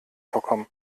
vorkommen